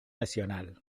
nacional